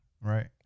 Right